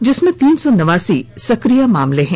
जिसमें तीन सौ नवासी सक्रिय मामले हैं